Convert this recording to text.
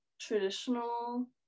traditional